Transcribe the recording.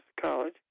college